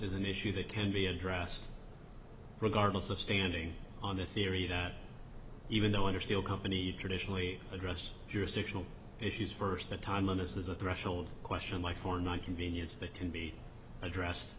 is an issue that can be addressed regardless of standing on the theory that even though under seal company traditionally addressed jurisdictional issues first the time on this is a threshold question like for not convenience that can be addressed